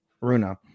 Runa